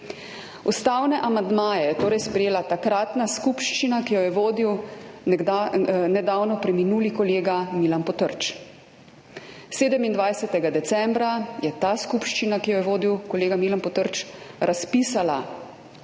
Ustavne amandmaje je torej sprejela takratna skupščina, ki jo je vodil nedavno preminuli kolega Milan Potrč. 27. decembra je ta skupščina, ki jo je vodil kolega Milan Potrč, razpisala